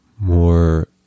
more